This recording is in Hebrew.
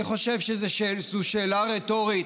אני חושב שזו שאלה רטורית.